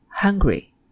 Hungry